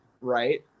right